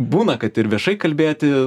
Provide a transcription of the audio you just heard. būna kad ir viešai kalbėti